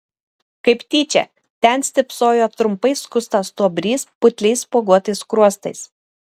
kaip tyčia ten stypsojo trumpai skustas stuobrys putliais spuoguotais skruostais